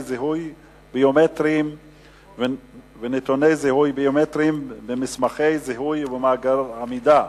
זיהוי ביומטריים ונתוני זיהוי ביומטריים במסמכי זיהוי ובמאגר מידע,